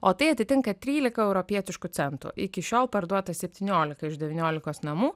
o tai atitinka trylika europietiškų centų iki šiol parduota septyniolika iš devyniolikos namų